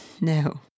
No